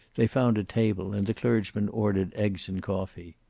they found a table, and the clergyman ordered eggs and coffee.